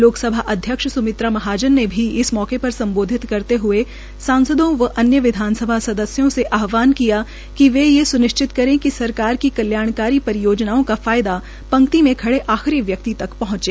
लोकसभा अध्यक्ष स्मित्रा महाजन ने भी इस मौके पर सम्बोधित करते हुए सांसदों व अन्य विधानसभा सदस्यों से आहवान किया कि वे ये सुनिश्चित करे कि सरकार को कल्याणकारी परियोजनाओं का फायदा पंक्ति के खड़े आखिरी व्यकित तक पहंचे